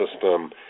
system